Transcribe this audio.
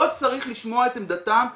לא צריך לשמוע את עמדתם בכנסת,